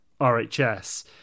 rhs